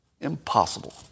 Impossible